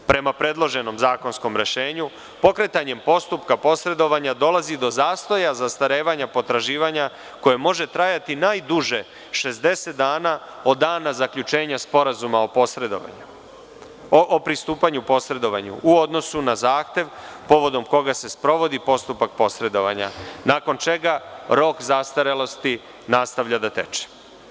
Prema predloženom zakonskom rešenju, pokretanjem postupka posredovanja dolazi do zastoja zastarevanja potraživanja koje može trajati najduže 60 dana od dana zaključenja sporazuma o pristupanju posredovanju u odnosu na zahtev povodom koga se sprovodi postupak posredovanja, nakon čega rok zastarelosti nastavlja da teče.